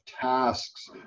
tasks